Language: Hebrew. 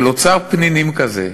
של אוצר פנינים כזה,